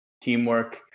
teamwork